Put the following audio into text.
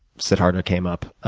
siddhartha came up.